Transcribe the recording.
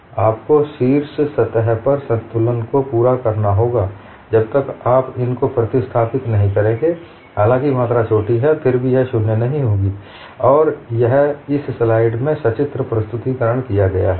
क्योंकि आपको शीर्ष सतह परसंतुलन स्थिति को पूरा करना होगा जब तक आप इनको प्रतिस्थापित नहीं करते हालांकि मात्रा छोटी है फिर भी यह शून्य नहीं होगी और यह इस स्लाइड में सचित्र प्रस्तुतिकरण किया गया है